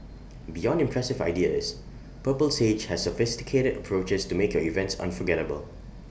beyond impressive ideas purple sage has sophisticated approaches to make your events unforgettable